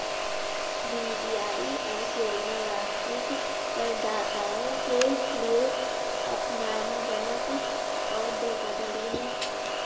VDIS योजना वास्तविक करदाताओं के लिए अपमानजनक और धोखाधड़ी है